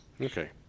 Okay